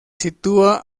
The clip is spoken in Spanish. sitúa